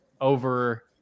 over